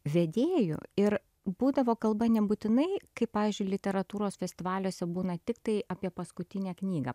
vedėjų ir būdavo kalba nebūtinai kaip pavyzdžiui literatūros festivaliuose būna tiktai apie paskutinę knygą